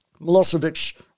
Milosevic